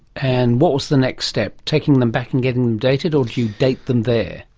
and what was the next step? taking them back and getting them dated, or do you date them there?